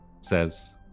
says